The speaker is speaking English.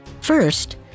First